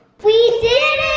we did it!